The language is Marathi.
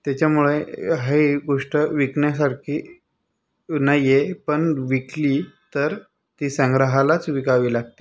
त्याच्यामुळे हे एक गोष्ट विकण्यासारखी नाही आहे पण विकली तर ती संग्रहालाच विकावी लागते